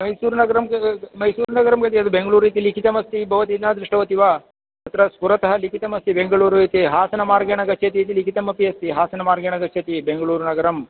मैसूरुनगरं क क मैसूरुनगरम् एत् बेङ्गलूरु इति लिखितम् अस्ति भवति न दृष्टवती वा तत्र पुरत लिखितमस्ति बेङ्गलूरु इति हासनमार्गेण गच्छति इति लिखितमपि अस्ति हासनमार्गेण गच्छति बेङ्गलूरु नगरं